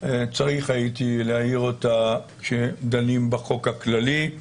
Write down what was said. צריך הייתי להעיר אותה כשדנים בחוק הכללי.